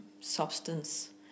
substance